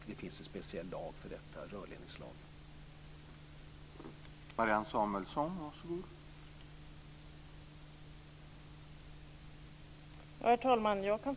Det finns en speciell lag för detta, rörledningslagen.